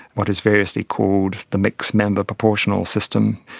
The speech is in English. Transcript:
what is variously called the mixed-member proportional system.